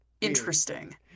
interesting